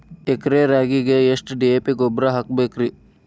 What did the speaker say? ಎಕರೆ ರಾಗಿಗೆ ಎಷ್ಟು ಡಿ.ಎ.ಪಿ ಗೊಬ್ರಾ ಹಾಕಬೇಕ್ರಿ?